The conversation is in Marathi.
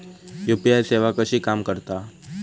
यू.पी.आय सेवा कशी काम करता?